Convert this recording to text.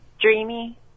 Dreamy